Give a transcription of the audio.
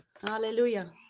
Hallelujah